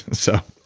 so.